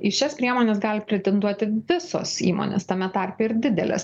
į šias priemones gali pretenduoti visos įmonės tame tarpe ir didelės